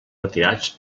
retirats